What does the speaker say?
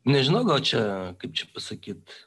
nežinau gal čia kaip čia pasakyt